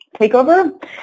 takeover